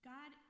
God